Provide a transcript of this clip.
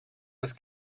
was